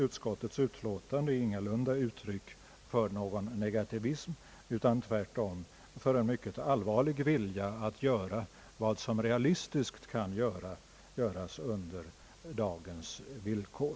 Utskottets utlåtande är därför ingalunda ett uttryck för någon negativism utan tvärtom för en mycket allvarlig vilja att göra vad som realistiskt kan göras under dagens villkor.